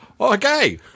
okay